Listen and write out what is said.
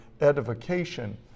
edification